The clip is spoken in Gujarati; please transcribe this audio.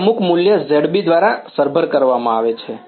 તે અમુક મૂલ્ય zB દ્વારા સરભર કરવામાં આવે છે